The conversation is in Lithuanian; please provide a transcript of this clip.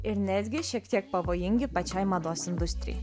ir netgi šiek tiek pavojingi pačiai mados industrijai